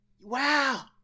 wow